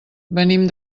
venim